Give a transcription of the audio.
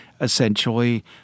essentially